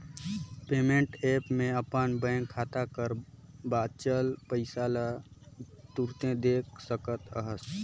payment app ले अपन bank खाता कर बांचल पइसा ल तुरते देख सकत अहस